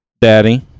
Daddy